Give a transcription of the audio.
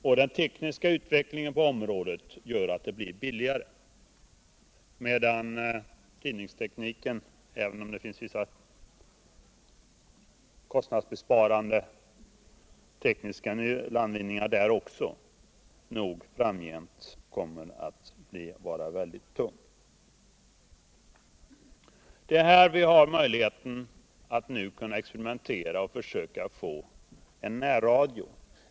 Och den tekniska utvecklingen på området gör att de blir billigare, medan tidningstekniken, trots vissa kostnadsbesparande tekniska landvinningar även där, framgent nog kommer att vara tung. Det är här vi har möjlighet att experimentera och försöka få en närradio.